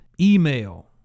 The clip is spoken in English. email